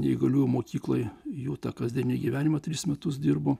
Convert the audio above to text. neįgaliųjų mokyklai jų tą kasdienį gyvenimą tris metus dirbo